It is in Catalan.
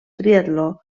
triatló